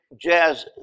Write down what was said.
jazz